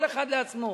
כל אחד לעצמו.